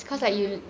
mmhmm